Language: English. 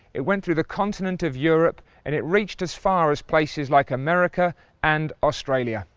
it went through the continent of europe, and it reached as far as places like america and australia.